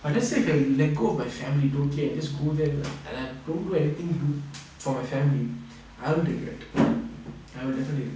but let's say if I let go of my family totally I just go there like and I don't do anything for my family I will regret I will definitely regret